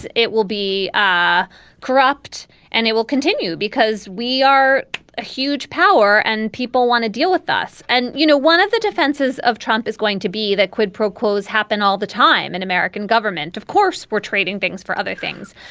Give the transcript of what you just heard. it will be ah corrupt and it will continue because we are a huge power and people want to deal with us. and you know one of the defenses of trump is going to be that quid pro quos happen all the time in american government of course we're trading things for other things.